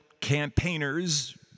campaigners